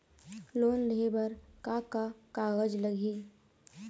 Loan लेहे बर का का कागज लगही?